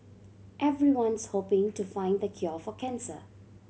everyone's hoping to find the cure for cancer